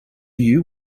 you